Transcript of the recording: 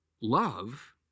love